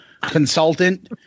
Consultant